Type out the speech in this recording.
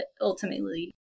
Ultimately